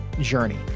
journey